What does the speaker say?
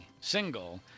single